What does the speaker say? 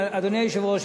אדוני היושב-ראש,